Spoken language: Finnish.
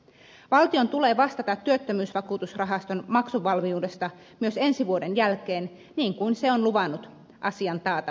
valtion tulee vastata työttömyysvakuutusrahaston maksuvalmiudesta myös ensi vuoden jälkeen niin kuin se on luvannut asian taata ensi vuonna